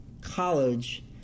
college